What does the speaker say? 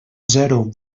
zero